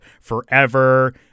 Forever